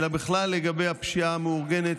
אלא בכלל לגבי הפשיעה המאורגנת.